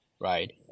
right